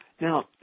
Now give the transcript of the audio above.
now